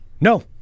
No